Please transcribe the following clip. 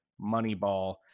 Moneyball